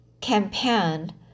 campaign